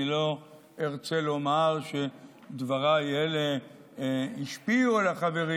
אני לא ארצה לומר שדבריי אלה השפיעו על החברים,